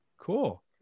Cool